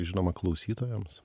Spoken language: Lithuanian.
žinoma klausytojams